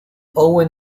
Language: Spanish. owen